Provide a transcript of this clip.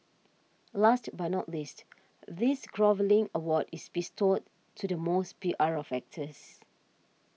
last but not least this groveling award is bestowed to the most P R of actors